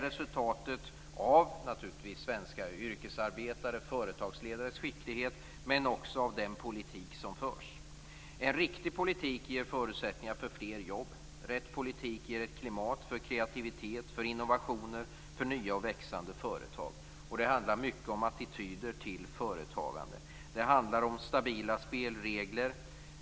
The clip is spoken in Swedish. Resultatet är naturligtvis beroende av svenska yrkesarbetares och företagsledares skicklighet men också av den politik som förs. En riktig politik ger förutsättningar för fler jobb. Rätt politik ger ett klimat för kreativitet, för innovationer och för nya och växande företag. Det handlar mycket om attityder till företagande. Det handlar om stabila spelregler.